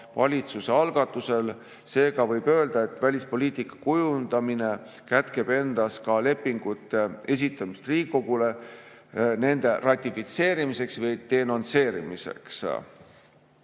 valitsuse algatusel. Seega võib öelda, et välispoliitika kujundamine kätkeb endas ka lepingute esitamist Riigikogule nende ratifitseerimiseks või denonsseerimiseks.